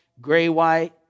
gray-white